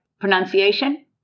pronunciation